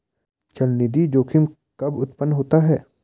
चलनिधि जोखिम कब उत्पन्न होता है?